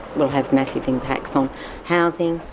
we'll have massive impacts on housing,